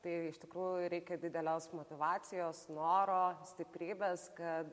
tai iš tikrųjų reikia didelios motyvacijos noro stiprybės kad